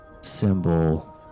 symbol